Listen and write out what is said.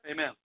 Amen